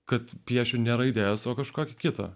kad piešiu ne raides o kažkokį kitą